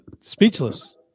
Speechless